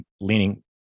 leaning